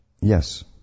Yes